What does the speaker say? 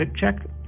check